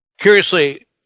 Curiously